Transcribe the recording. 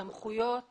סמכויות